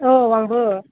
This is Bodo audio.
औ आंबो